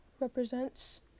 represents